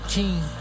King